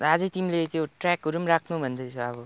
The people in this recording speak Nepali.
अझै तिमीले त्यो ट्र्याकहरू पनि राख्नु भन्दै थियौ अब